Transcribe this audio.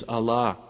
Allah